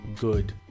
good